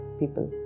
people